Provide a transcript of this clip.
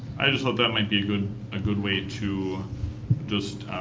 i just thought that might be a good ah good way to just